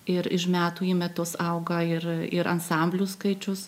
ir iš metų į metus auga ir ir ansamblių skaičius